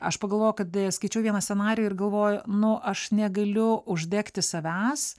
aš pagalvojau kad skaičiau vieną scenarijų ir galvoju nu aš negaliu uždegti savęs